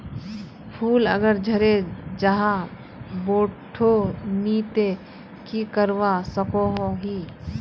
फूल अगर झरे जहा बोठो नी ते की करवा सकोहो ही?